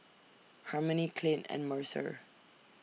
Harmony Clint and Mercer